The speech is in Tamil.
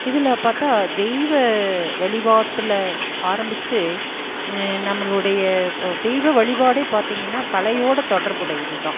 இதில் பார்த்தா தெய்வ வழிபாட்டில் ஆரம்பித்து நம்மளுடைய தெய்வ வழிபாடே பார்த்தீங்கன்னா கலையோடு தொடர்புடையதுதான்